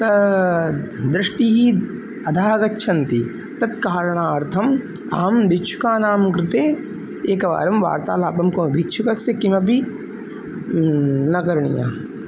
तु दृष्टिः अधः गच्छन्ति तत् कारणार्थम् अहं भिक्षुकाणां कृते एकवारं वार्तालापं को भिक्षुकस्य किमपि न करणीयं